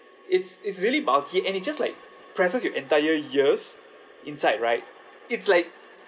it's it's really bulky and it just like presses your entire ears inside right it's like